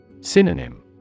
Synonym